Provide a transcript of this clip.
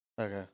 Okay